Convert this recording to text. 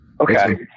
Okay